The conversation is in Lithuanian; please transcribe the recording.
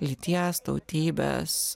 lyties tautybės